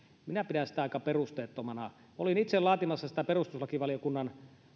minä pidän aika perusteettomana olin itse laatimassa sitä perustuslakivaliokunnan